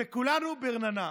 וכולנו ברננה.